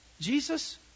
Jesus